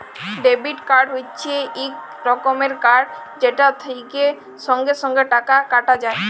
debit card হচ্যে এক রকমের কার্ড যেটা থেক্যে সঙ্গে সঙ্গে টাকা কাটা যায়